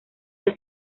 del